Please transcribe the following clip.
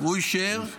הוא אישר,